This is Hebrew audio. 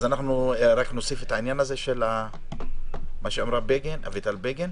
אנחנו רק נוסיף את מה שאמרה אביטל בגין?